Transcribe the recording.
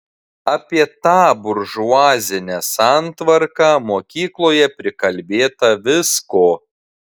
apie tą buržuazinę santvarką mokykloje prikalbėta visko